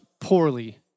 poorly